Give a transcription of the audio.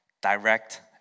direct